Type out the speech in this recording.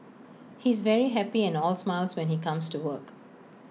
he's very happy and all smiles when he comes to work